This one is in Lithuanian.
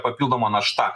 papildoma našta